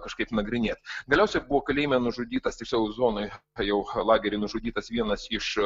kažkaip nagrinėt galiausiai buvo kalėjime nužudytas tiksliau zonoj jau lagery nužudytas vienas iš